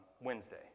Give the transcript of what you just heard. Wednesday